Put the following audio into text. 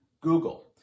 Google